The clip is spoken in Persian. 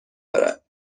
دارد